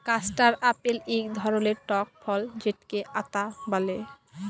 custard apple ইক ধরলের টক ফল যেটকে আতা ব্যলে